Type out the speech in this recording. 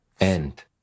end